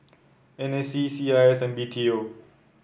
N A C C I S and B T O